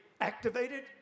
activated